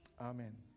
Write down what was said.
Amen